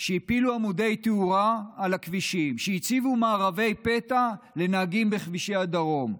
שהפילו עמודי תאורה על הכבישים ושהציבו מארבי פתע לנהגים בכבישי הדרום.